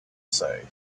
say